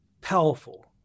powerful